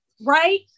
Right